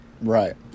Right